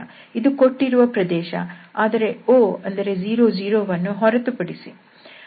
ಇದು ಕೊಟ್ಟಿರುವ ಪ್ರದೇಶ ಆದರೆ 0 ವನ್ನು ಹೊರತುಪಡಿಸಿ